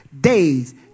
days